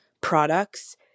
products